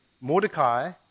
Mordecai